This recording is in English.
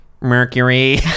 Mercury